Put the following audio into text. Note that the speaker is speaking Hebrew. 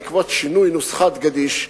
בעקבות שינוי נוסחת גדיש,